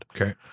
Okay